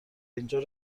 اینجا